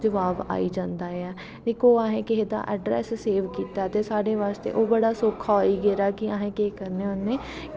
जबाब आई जांदा ऐ दिक्खो अगर असें कुसै दा ऐड्रस सेव कीता ते ओह् बड़ा सौक्खा होई गेदा कि अस केह् करने होन्ने